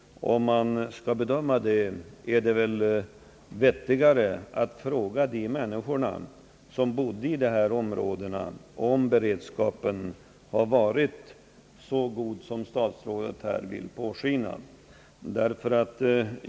Om man skall bedöma detta, är det väl vettigare att fråga de människor, som bor i dessa områden, om beredskapen har varit så god som herr statsrådet här vill påskina.